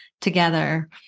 together